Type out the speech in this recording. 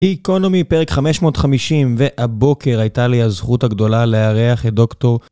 גיקונומי פרק 550, והבוקר הייתה לי הזכות הגדולה לארח את דוקטור...